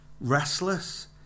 restless